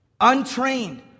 untrained